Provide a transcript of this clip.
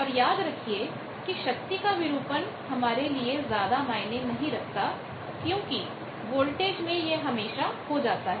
और याद रखिए कि शक्ति का विरूपण distortion डिस्टॉरशन हमारे लिए ज्यादा मायने नहीं रखता है क्योंकि वोल्टेज में यह हमेशा हो जाता है